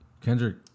Kendrick